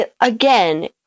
again